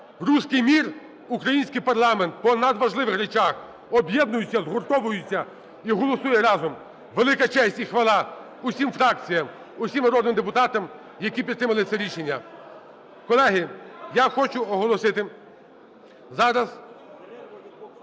"русский мир", український парламент по надважливих речах об'єднується, згуртовується і голосує разом. Велика честь і хвала усім фракціям, усім народним депутатам, які підтримали це рішення! Колеги, я хочу оголосити.